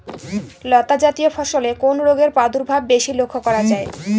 লতাজাতীয় ফসলে কোন রোগের প্রাদুর্ভাব বেশি লক্ষ্য করা যায়?